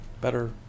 better